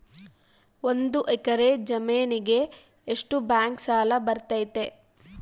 ಒಂದು ಎಕರೆ ಜಮೇನಿಗೆ ಎಷ್ಟು ಬ್ಯಾಂಕ್ ಸಾಲ ಬರ್ತೈತೆ?